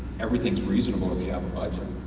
everything is reasonable if you have a budget.